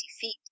feet